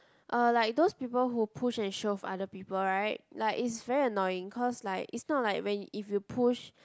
uh like those people who push and shove other people right like it's very annoying cause like is not like when if you push